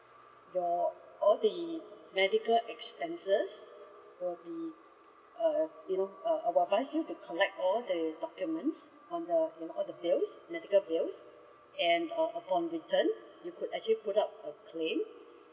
your all the medical expenses will be uh you know uh I will advise you to collect all the documents on the and all the bills medical bills and uh upon return you could actually put up a claim